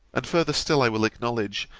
and further still i will acknowledge,